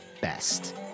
best